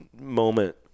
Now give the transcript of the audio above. moment